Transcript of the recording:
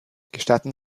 gestatten